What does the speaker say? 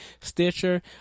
Stitcher